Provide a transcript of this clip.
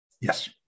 Yes